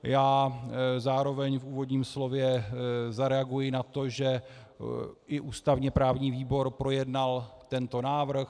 Já zároveň v úvodním slově zareaguji na to, že i ústavněprávní výbor projednal tento návrh.